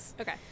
okay